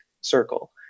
circle